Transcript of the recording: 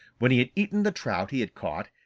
when he had eaten the trout he had caught,